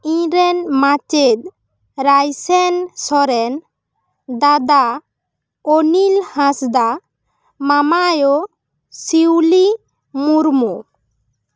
ᱤᱧ ᱨᱮᱱ ᱢᱟᱪᱮᱫ ᱨᱟᱭᱥᱮᱱ ᱥᱚᱨᱮᱱ ᱫᱟᱫᱟ ᱚᱱᱤᱞ ᱦᱟᱸᱥᱫᱟ ᱢᱟᱢᱟᱭᱳ ᱥᱤᱭᱩᱞᱤ ᱢᱩᱨᱢᱩ